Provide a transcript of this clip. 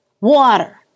water